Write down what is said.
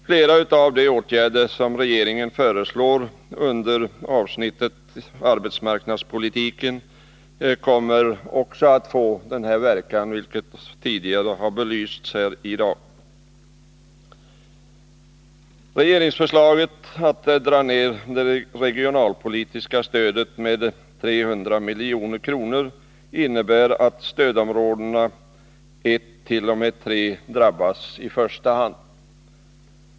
Flera av de åtgärder som regeringen föreslår under avsnittet Arbetsmarknadspolitiken kommer också att få denna verkan, vilket tidigare i dag har belysts här. Regeringsförslaget att dra ner det regionalpolitiska stödet med 300 milj.kr. innebär att stödområdena 1-3 drabbas i första hand.